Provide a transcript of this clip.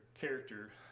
character